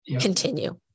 Continue